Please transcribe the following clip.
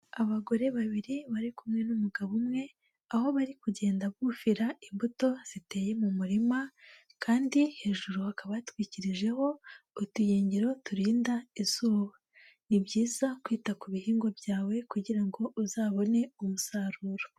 Abagore babiri bari kumwe n'umugabo umwe, aho bari kugenda bufira imbuto ziteye mu murima kandi hejuru hakaba hatwikirijeho utuyungiro turinda izuba. Ni byiza kwita ku bihingwa byawe kugira ngo uzabone umusaruro.